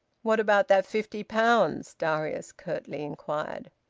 what about that fifty pounds? darius curtly inquired.